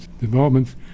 developments